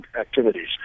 activities